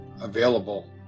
available